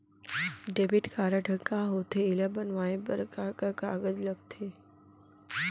Debit card ह का होथे एला बनवाए बर का का कागज लगथे?